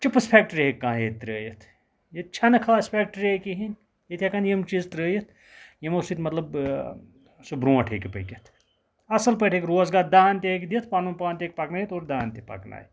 chips factory ہیٚکہِ کانٛہہ ییٚتہِ ترٲیِتھ ییٚتہِ چھَنہٕ خاص فیکٹریے کِہیٖنۍ ییٚتہِ ہیٚکَن یِم چیٖز ترٲیِتھ یِمو سۭتۍ مَطلَب سُہ برونٛٹھ ہیٚکہِ پٔکِتھ اَصل پٲٹھۍ ہیٚکہٕ روزگار دَہَن تہٕ ہیٚکہِ دِتھ پَنُن پان تہٕ ہیٛکہِ پَکنٲیِتھ اور دَہَن تہِ پَکناے